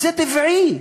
זה טבעי.